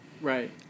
Right